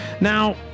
Now